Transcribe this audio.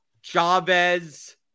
Chavez